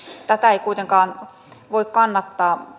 tätä korvaustason alentamista ei kuitenkaan voi kannattaa